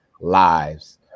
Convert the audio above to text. lives